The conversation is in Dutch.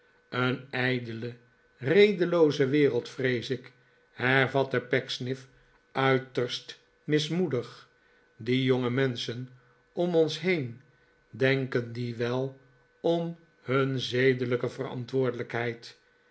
een ijdele redelooze wereld vrees ik hervatte pecksniff uiterst mismoedig die jonge menschen om ons heen denken die wel om hun zedelijke verantwoordelijkheid